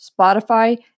Spotify